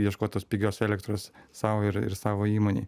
ieškot tos pigios elektros sau ir savo įmonei